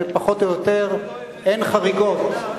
ופחות או יותר אין חריגות,